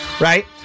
right